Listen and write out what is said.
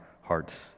hearts